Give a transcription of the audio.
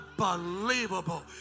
unbelievable